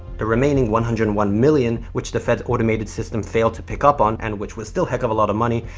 the remaining one hundred and one million, which the fed's automated system failed to pick up on, and which was still a heck of a lot of money,